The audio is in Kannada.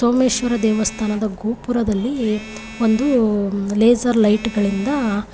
ಸೋಮೇಶ್ವರ ದೇವಸ್ಥಾನದ ಗೋಪುರದಲ್ಲಿ ಒಂದು ಲೇಸರ್ ಲೈಟ್ಗಳಿಂದ